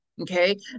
Okay